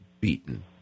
beaten